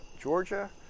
Georgia